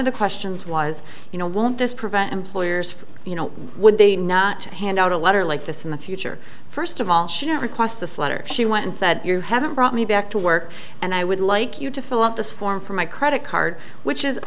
of the questions was you know won't this prevent employers from you know would they not to hand out a letter like this in the future first of all she didn't request this letter she went and said you haven't brought me back to work and i would like you to fill out this form for my credit card which is